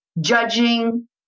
judging